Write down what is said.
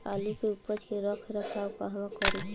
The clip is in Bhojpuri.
आलू के उपज के रख रखाव कहवा करी?